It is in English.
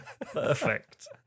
Perfect